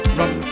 run